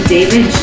David